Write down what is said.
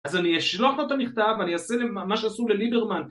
אז אני אשלוף לו את המכתב ואני אעשה מה שעשו לליברמן